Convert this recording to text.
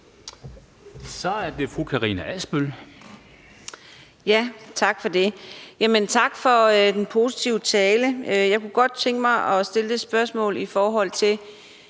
Kl. 19:26 Karina Adsbøl (DF): Tak for det, og tak for den positive tale. Jeg kunne godt tænke mig at stille et spørgsmål, i forhold til